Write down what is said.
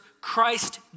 Christ